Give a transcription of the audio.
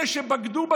אלה שבגדו,